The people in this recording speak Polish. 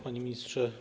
Panie Ministrze!